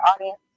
audience